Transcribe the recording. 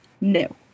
no